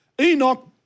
Enoch